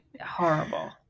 horrible